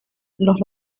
los